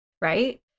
right